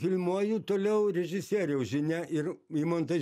filmuoju toliau režisieriaus žinia ir į montaž